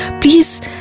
please